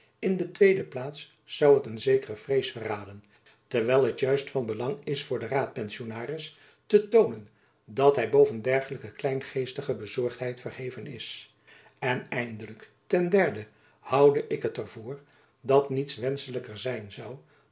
in de tweede plaats zoû het een zekere vrees verraden terwijl het juist van belang is voor den raadpensionaris te toonen dat hy boven dergelijke kleingeestige bezorgdheid verheven is en eindelijk ten derde houde ik het er voor dat niets wenschelijker zijn zoû